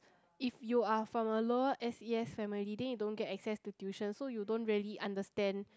if you are from a lower S_E_S family then you don't get access to tuition so you don't really understand